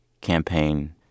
campaign